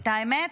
והאמת,